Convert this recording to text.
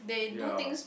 ya